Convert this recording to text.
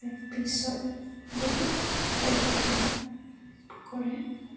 তাৰ পিছত বহুত কিবাকিবি ধাৰণ কৰে